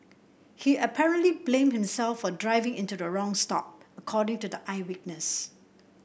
he apparently blamed himself for driving into the wrong stop according to the eyewitness